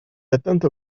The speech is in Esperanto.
atentu